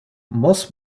most